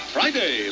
Friday